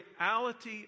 reality